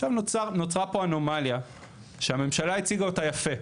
עכשיו נוצרה פה אנומליה שהממשלה הציגה אותה יפה,